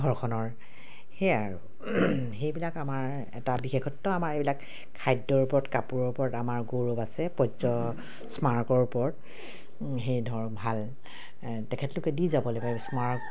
ঘৰখনৰ সেয়াই আৰু সেইবিলাক আমাৰ এটা বিশেষত্ব আমাৰ এইবিলাক খাদ্যৰ ওপৰত কাপোৰৰ ওপৰত আমাৰ গৌৰৱ আছে পৰ্য স্মাৰকৰ ওপৰত সেই ধৰ ভাল তেখেতলোকে দি যাবলৈ স্মাৰক